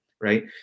right